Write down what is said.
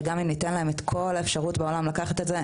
שגם אם ניתן להן את כל האפשרויות בעולם לקחת את זה,